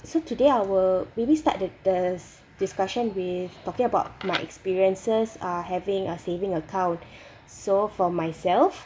so today our we will start the thus discussion with talking about my experiences uh having a saving account so for myself